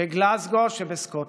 בגלזגו שבסקוטלנד,